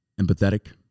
Empathetic